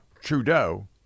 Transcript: Trudeau